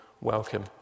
welcome